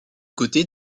côté